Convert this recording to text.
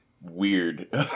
weird